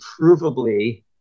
provably